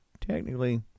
technically